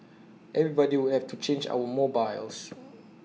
everybody would have to change our mobiles